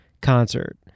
concert